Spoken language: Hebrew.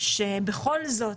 שבכל זאת